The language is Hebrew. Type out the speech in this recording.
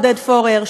עודד פורר.